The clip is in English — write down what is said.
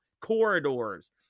corridors